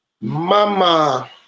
Mama